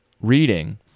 reading